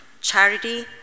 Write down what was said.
charity